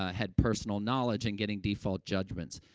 ah had personal knowledge and getting default judgments.